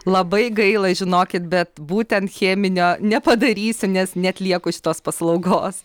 labai gaila žinokit bet būtent cheminio nepadarysiu nes neatlieku šitos paslaugos